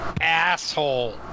asshole